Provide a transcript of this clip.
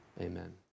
amen